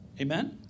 Amen